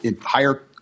higher